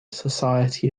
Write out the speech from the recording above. society